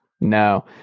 no